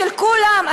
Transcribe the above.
של כולם.